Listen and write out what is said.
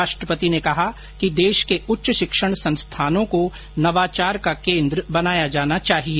राष्ट्रपति ने कहा कि देश के उच्च शिक्षण संस्थानों को नवाचार का केन्द्र बनाया जाना चाहिए